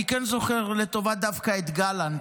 אני כן זוכר לטובה דווקא את גלנט,